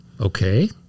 Okay